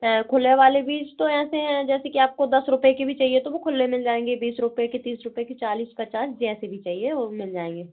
है खुले वाले बीज तो ऐसे हैं जैसे कि आपको दस रुपए के भी चाहिए तो वो खुले मिल जाएँगे बीस रुपए की तीस रुपए के चालीस पचास जैसे भी चाहिए वो मिल जाएँगे